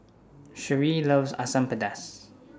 Sheree loves Asam Pedas